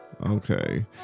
Okay